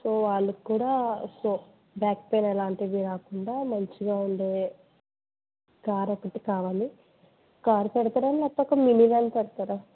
so వాళ్ళకు కూడా so back pain అలాంటివి రాకుండా మంచిగా ఉండే కారు ఒకటి కావాలి కారు పెడతారా లేక మినీ వ్యాన్ పెడతారా